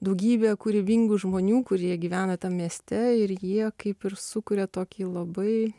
daugybė kūrybingų žmonių kurie gyvena tam mieste ir jie kaip ir sukuria tokį labai